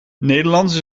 nederlands